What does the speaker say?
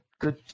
good